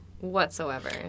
whatsoever